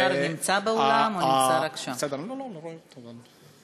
השר נמצא באולם, הוא רק נמצא שם.